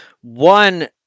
One